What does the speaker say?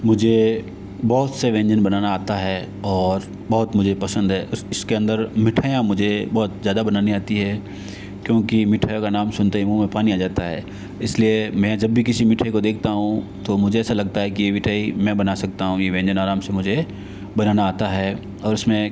मुझे बहुत से व्यंजन बनाना आता है और बहुत मुझे पसंद है उसके अंदर मिठाइयाँ मुझे बहुत ज़्यादा बनानी आती है क्योंकि मिठाईयों का नाम सुनते ही मुह में पानी आ जाता है इसलिए मैं जब भी किसी मिठाई को देखता हूँ तो मुझे ऐसा लगता है कि यह मिठाई मैं बना सकता हूँ यह व्यंजन आराम से मुझे बनाना आता है और इसमें